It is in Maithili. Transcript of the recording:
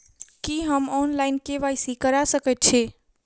की हम ऑनलाइन, के.वाई.सी करा सकैत छी?